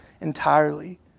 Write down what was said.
entirely